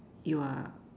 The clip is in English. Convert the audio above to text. you are